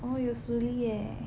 oh 有 Sulli 耶